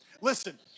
Listen